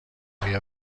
آیا